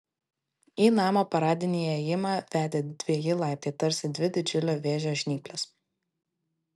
į namo paradinį įėjimą vedė dveji laiptai tarsi dvi didžiulio vėžio žnyplės